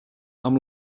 amb